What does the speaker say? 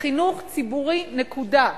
חינוך ציבורי, נקודה.